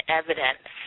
evidence